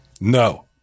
No